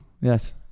Yes